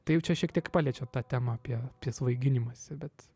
taip jau čia šiek tiek paliečia tą temą apie svaiginimąsi bet